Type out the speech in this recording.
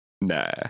nah